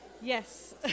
yes